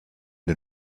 den